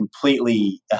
completely